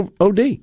OD